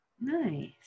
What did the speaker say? Nice